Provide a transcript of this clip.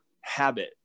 habit